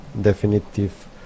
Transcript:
definitive